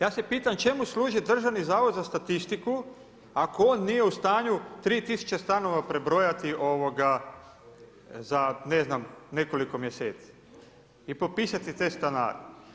Ja se pitam čemu služi Državni zavod za statistiku ako on nije u stanju 3000 stanova prebrojati za ne znam nekoliko mjeseci i popisati te stanare?